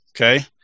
okay